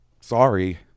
Sorry